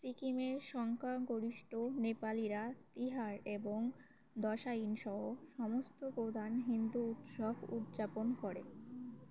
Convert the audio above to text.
সিকিমের শক্যা গরিষ্ঠ নেপালীরা তিহার এবং দশাই সহ সমস্ত প্রধান হিন্দু উৎসব উদযাপন করে